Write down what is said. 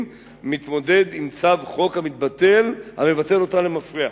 מתמודד עם צו חוק המבטל אותה למפרע.